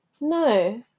no